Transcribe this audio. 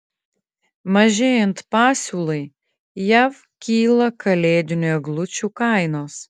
mažėjant pasiūlai jav kyla kalėdinių eglučių kainos